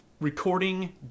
recording